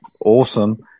awesome